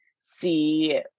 see